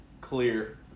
Clear